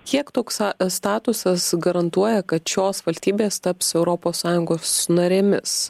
kiek toks statusas garantuoja kad šios valstybės taps europos sąjungos narėmis